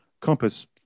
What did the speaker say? Compass